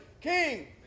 king